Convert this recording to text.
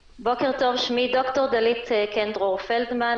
שמי דוקטור דלית קן דרור פלדמן,